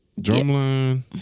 Drumline